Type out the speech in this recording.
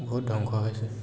বহুত ধ্বংস হৈছে